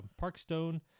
Parkstone